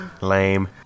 lame